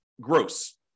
gross